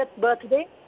birthday